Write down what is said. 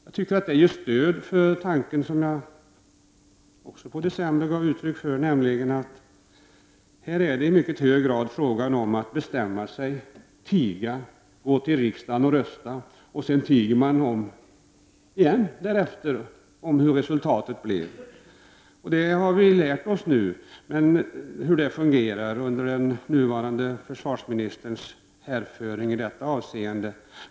Jag tycker att detta ger stöd för den tanke som jag också gav uttryck för i decemberdebatten, nämligen att det här i mycket hög grad är fråga om att bestämma sig, tiga, gå till riksdagen och rösta och sedan därefter om igen tiga om resultatet. Vi har nu under den nuvarande försvarsministerns härföring lärt oss hur detta fungerar.